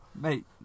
Mate